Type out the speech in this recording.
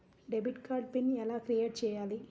Debit card pin ఎలా create చెయ్యాలి?